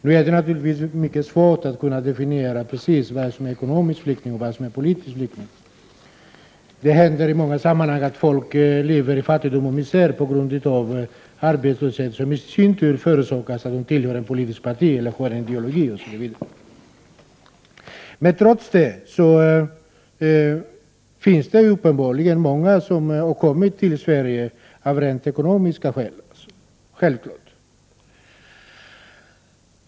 Nu är det naturligtvis mycket svårt att definiera precis vem som är ekonomisk flykting och vem som är politisk flykting. Det händer i många sammanhang att människor lever i fattigdom och misär på grund av arbetslöshet, som i sin tur förorsakas av att de tillhör ett politiskt parti eller omfattar en ideologi, osv. Trots det finns det uppenbarligen många som har kommit till Sverige av rent ekonomiska skäl, det är självklart.